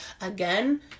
again